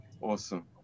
Awesome